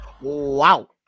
Wow